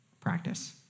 practice